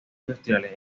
industriales